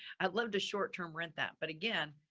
i love to short term rent that, but again,